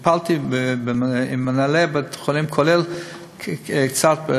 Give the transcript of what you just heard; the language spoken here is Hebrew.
וטיפלתי מול מנהלי בתי-החולים באופן בכללי,